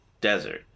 desert